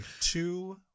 two